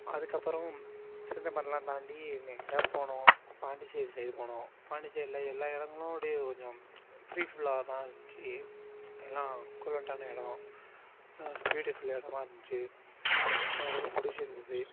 அதுக்கப்புறம் சிதம்பரம்லாம் தாண்டி நேராக போனோம் பாண்டிச்சேரி சைடு போனோம் பாண்டிச்சேரியில எல்லா இடங்களும் அப்படியே கொஞ்சம் ஃப்ரீ ஃபுல்லாக தான் இருந்துச்சு எல்லாம் கூலண்டான இடம் பியூட்டிஃபுல் இடமா இருந்துச்சு எனக்கு ரொம்ப பிடிச்சிருந்துது